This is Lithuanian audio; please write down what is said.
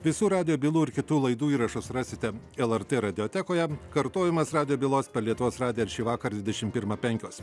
visų radijo bylų ir kitų laidų įrašus rasite lrt radiotekoje kartojimas radijo bylos per lietuvos radiją ir šįvakar dvidešim pirmą penkios